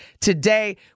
today